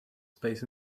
space